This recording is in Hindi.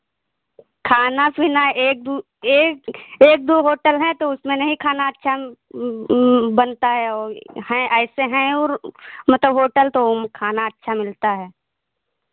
खाना पीना एक दू एक एक दो होटल हैं तो उसमें नहीं खाना अच्छा बनता है और हैं ऐसे हैं और मतलब होटल तो ओ में खाना अच्छा मिलता है